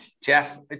Jeff